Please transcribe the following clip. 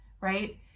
right